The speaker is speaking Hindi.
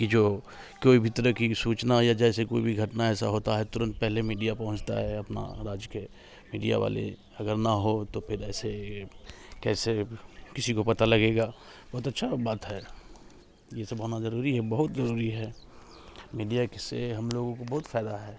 कि जो कोई भी तरह की सूचना या जैसे कोई भी घटना ऐसा होता हैं तो तुरंत पहले मीडिया पहुँचता है अपना राज्य के मीडिया वाले अगर ना हो तो ऐसे कैसे किसी को पता लगेगा बहुत अच्छा बात है ये सब होना जरूरी है बहुत जरूरी है मीडिया से हम लोगों को बहुत फायदा है